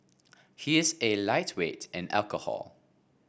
he is a lightweight in alcohol